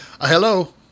Hello